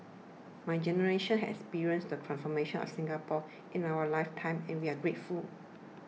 my generation has experienced the transformation of Singapore in our life time and we are grateful